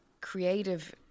creative